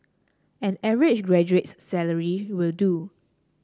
an average graduate's salary will do